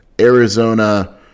Arizona